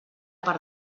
per